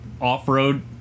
off-road